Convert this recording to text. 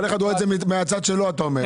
כל אחד רואה את זה מהצד שלו אתה אומר.